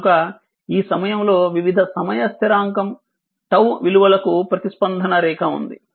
కనుక ఈ సమయంలో వివిధ సమయ స్థిరాంకం T విలువలకు ప్రతిస్పందన రేఖ ఉంది